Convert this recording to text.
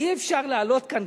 אי-אפשר להעלות כאן,